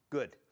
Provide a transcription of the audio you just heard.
Good